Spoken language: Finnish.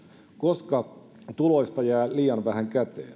koska tuloista jää liian vähän käteen